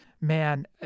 man